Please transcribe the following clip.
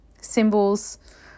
symbols